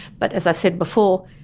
but, as i said before,